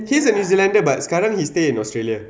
he's a new zealander but sekarang he stay in australia